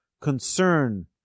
concern